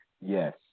Yes